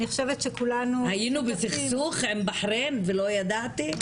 היינו בסכסוך עם בחריין ולא ידעתי?